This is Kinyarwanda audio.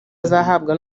azahabwa